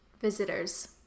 visitors